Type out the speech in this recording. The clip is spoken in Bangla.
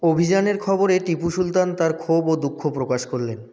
অভিযানের খবরে টিপু সুলতান তার ক্ষোভ ও দুঃখ প্রকাশ করলেন